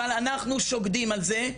אבל אנחנו שוקדים על זה,